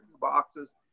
boxes